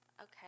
Okay